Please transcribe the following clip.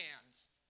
hands